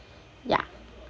yeah